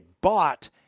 bought